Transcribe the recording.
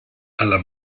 alla